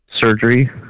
surgery